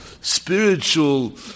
spiritual